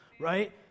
right